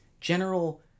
general